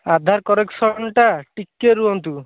ଆଧାର କରେକ୍ସନଟା ଟିକିଏ ରୁହନ୍ତୁ